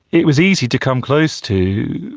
it was easy to come close to,